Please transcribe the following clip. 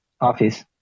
office